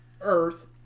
Earth